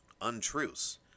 untruths